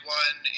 one